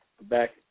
back